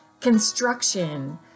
construction